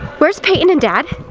where's payton and dad?